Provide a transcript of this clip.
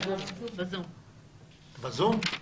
בזום.